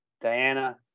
Diana